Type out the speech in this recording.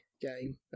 game